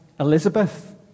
Elizabeth